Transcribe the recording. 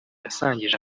yasangije